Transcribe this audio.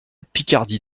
picardie